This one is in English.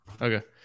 Okay